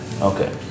Okay